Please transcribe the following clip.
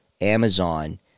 Amazon